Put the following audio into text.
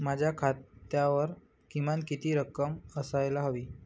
माझ्या खात्यावर किमान किती रक्कम असायला हवी?